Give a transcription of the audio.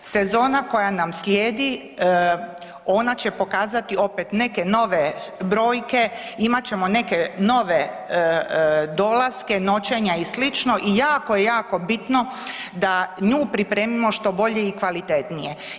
Sezona koja nam slijedi, ona će pokazati opet neke nove brojke, imat ćemo neke nove dolaske, noćenja i sl., i jako je, jako bitno da nju pripremimo što bolje i kvalitetnije.